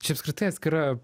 čia apskritai atskira